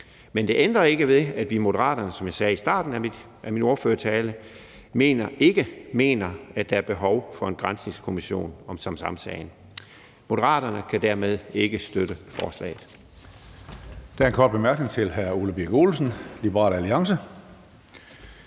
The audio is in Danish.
Men det ændrer ikke ved, at vi i Moderaterne, som jeg sagde i starten af min ordførertale, ikke mener, at der er behov for en granskningskommission om Samsamsagen. Moderaterne kan dermed ikke støtte forslaget. Kl. 17:25 Tredje næstformand (Karsten Hønge): Der er en kort bemærkning til hr. Ole Birk Olesen, Liberal Alliance.